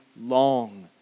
long